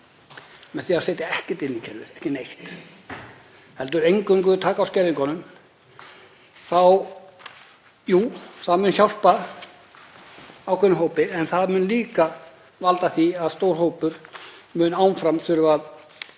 með því að setja ekkert inn í kerfið, ekki neitt, heldur eingöngu taka á skerðingunum, þá muni það hjálpa ákveðnum hópi en það mun líka valda því að stór hópur mun áfram þurfa að